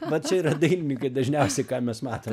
va čia yra dailininkai dažniausiai ką mes matom